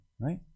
right